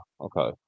okay